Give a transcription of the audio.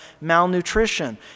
malnutrition